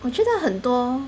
我觉得很多